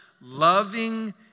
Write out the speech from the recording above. loving